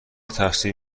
تفسیر